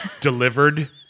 delivered